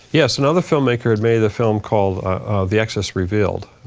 yes, another filmmaker had made a film called the exodus revealed,